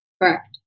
Correct